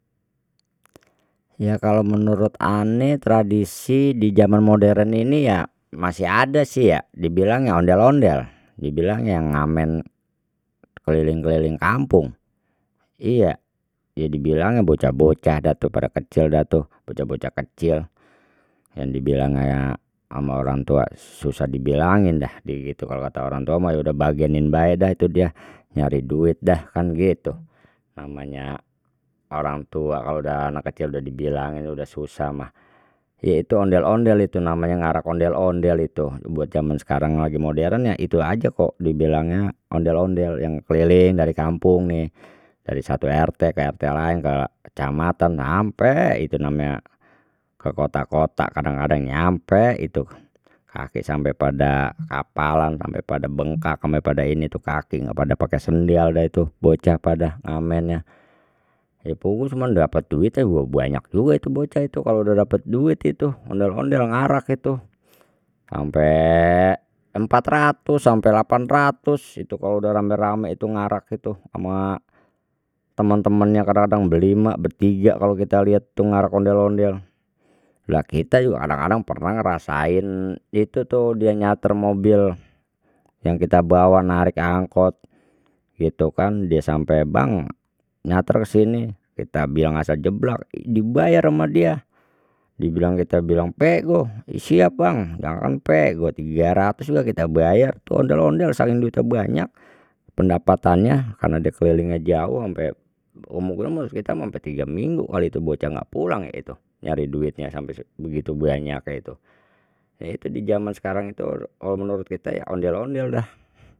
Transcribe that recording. Ya kalo menurut ane tradisi di zaman modern ini ya masih ada sih ya dibilangnya ondel-ondel dibilang yang ngamen keliling keliling kampung iya iya dibilangnya bocah-bocah dah tu pada kecil dah tuh bocah bocah kecil yang dibilangnya ama orang tua susah dibilangin dah di gitu kalau kata orang tua mah ya udah bagenin bae dah itu dia nyari duit dah kan gitu namanya orang tua kalau dah anak kecil udah dibilangin udah susah mah itu ondel-ondel itu namanya ngarak ondel-ondel itu buat zaman sekarang lagi modern ya itu aja kok dibilangnya ondel-ondel yang keliling dari kampung nih dari satu rt ke rt lain ke kecamatan ampek itu namanya ke kota-kota kadang ada yang nyampe itu kaki sampai pada kapalan sampai pada bengkak sampai pada ini tu kaki nggak ada pakai sendal dah itu bocah pada ngamennya puguh cuman dapat duit ya banyak juga itu bocah itu kalau udah dapet duit itu ondel-ondel ngarak itu sampai empat ratus sampai lapanratus itu kalau udah rame rame itu ngarak itu ama teman-temannya kadang-kadang berlima bertiga kalau kita lihat dengar ondel-ondel lha kita juga kadang-kadang pernah ngerasain itu tuh dia nyarter mobil yang kita bawa narik angkot gitu kan dia sampai bang nyarter kesini kita bilang asal jeblak dibayar ama dia dibilang kita bilang pekgo siap bang jangankan pekgo tigaratus juga kita bayar ondel-ondel saking duitnya banyak pendapatannya karena dia kelilingnya jauh ampe seumur-umur kita mah ampe tiga minggu kalau itu bocah nggak pulang ya itu nyari duitnya sampai sebegitu banyaknya itu itu zaman sekarang itu menurut kita ondel-ondel udah.